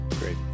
great